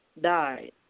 died